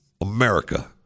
America